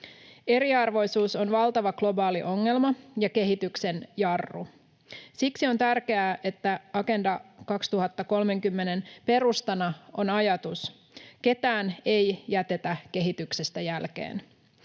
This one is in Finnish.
Eriarvoisuus on valtava globaali ongelma ja kehityksen jarru. Siksi on tärkeää, että Agenda 2030:n perustana on ajatus ”ketään ei jätetä kehityksestä jälkeen”.